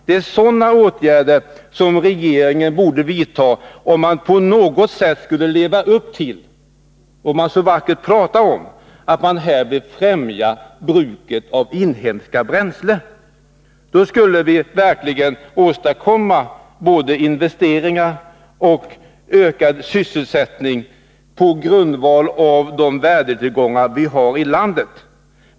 Det är sådana åtgärder som man i regeringen borde vidta om man på något sätt vill leva upp till det vackra talet om att man vill främja bruket av inhemska bränslen. Då skulle vi verkligen åstadkomma både investeringar och ökad sysselsättning på grundval av de värdetillgångar vi har i landet.